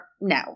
No